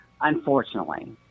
unfortunately